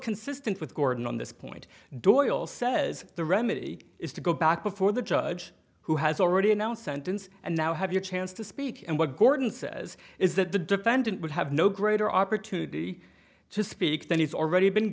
consistent with gordon on this point doyle says the remedy is to go back before the judge who has already announced sentence and now have your chance to speak and what gordon says is that the defendant would have no greater opportunity to speak than he's already been